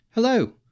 Hello